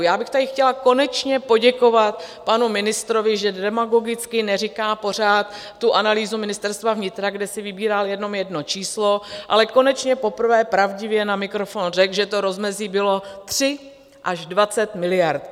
Já bych tady chtěla konečně poděkovat panu ministrovi, že demagogicky neříká pořád tu analýzu Ministerstva vnitra, kde si vybíral jenom jedno číslo, ale konečně poprvé pravdivě na mikrofon řekl, že to rozmezí bylo 3 až 20 miliard.